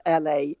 LA